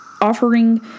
offering